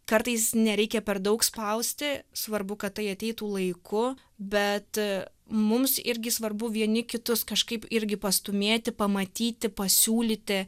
kartais nereikia per daug spausti svarbu kad tai ateitų laiku bet mums irgi svarbu vieni kitus kažkaip irgi pastūmėti pamatyti pasiūlyti